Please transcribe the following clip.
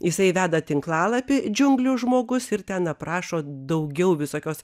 jisai veda tinklalapį džiunglių žmogus ir ten aprašo daugiau visokios